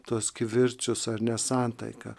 tuos kivirčus ar nesantaiką